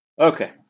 Okay